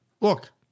Look